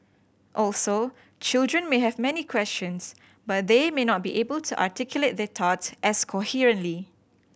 also children may have many questions but they may not be able to articulate their thoughts as coherently